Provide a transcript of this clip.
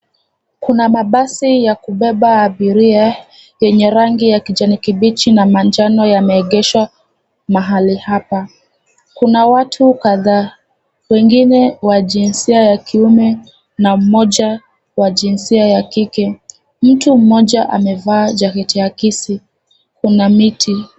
Kuna mabasi ya kubeba abiria yenye rangi ya kijani kibichi na manjano yameegeshwa mahali hapa. Kuna watu kadhaa, wengine wa jinsia ya kiume na mmoja wa jinsia ya kike. Mtu mmoja amevaa jaketi akisi. Kuna miti.